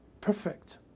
perfect